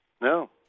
No